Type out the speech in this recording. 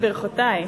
ברכותי.